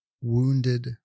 wounded